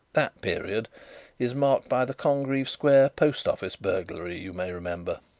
that period is marked by the congreave square post office burglary, you may remember.